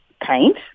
paint